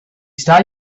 start